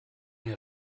jahr